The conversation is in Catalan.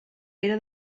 pere